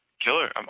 Killer